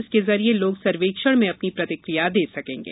इसके जरिए लोग सर्वेक्षण में अपनी प्रतिक्रिया दे सकेंगे